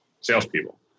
salespeople